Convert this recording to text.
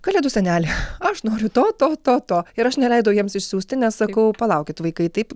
kalėdų seneli aš noriu to to to to ir aš neleidau jiems išsiųsti nes sakau palaukit vaikai taip